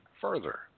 further